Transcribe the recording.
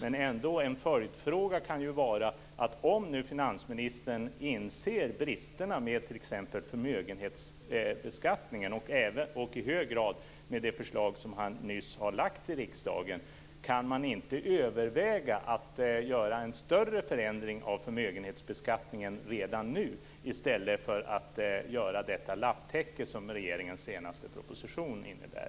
En följdfråga kan vara: Om nu finansministern inser bristerna med t.ex. förmögenhetsbeskattningen och i hög grad med det förslag som han nyss har lagt fram i riksdagen, kan man inte överväga att göra en större förändring av förmögenhetsbeskattningen redan nu, i stället för att göra detta lapptäcke som regeringens senaste proposition innebär?